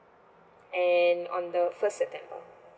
and on the first september